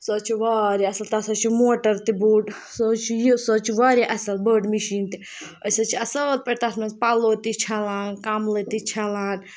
سُہ حظ چھِ واریاہ اَصٕل تَتھ حظ چھِ موٹَر تہِ بوٚڑ سُہ حظ چھِ یہِ سُہ حظ چھِ واریاہ اَصٕل بٔڑ مِشیٖن تہِ أسۍ حظ چھِ اَصٕل پٲٹھۍ تَتھ منٛز پَلو تہِ چھَلان کَملہٕ تہِ چھَلان